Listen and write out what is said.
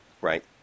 Right